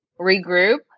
regroup